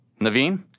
Naveen